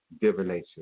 divination